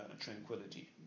tranquility